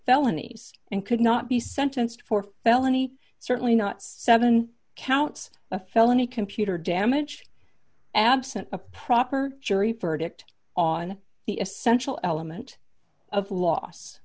felony and could not be sentenced for felony certainly not seven counts of felony computer damage absent a proper jury verdict on the essential element of loss